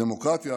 בדמוקרטיה